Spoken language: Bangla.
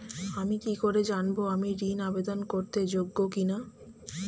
আমি কি করে জানব আমি ঋন আবেদন করতে যোগ্য কি না?